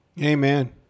Amen